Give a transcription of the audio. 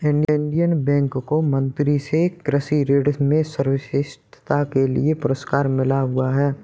Indian Bank को मंत्री से कृषि ऋण में श्रेष्ठता के लिए पुरस्कार मिला हुआ हैं